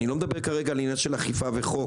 אני לא מדבר כרגע על עניין של אכיפה וחוק.